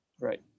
Right